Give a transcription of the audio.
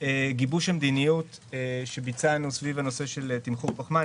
גיבוש המדיניות שביצענו סביב הנושא של תמחור פחמן.